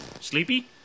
Sleepy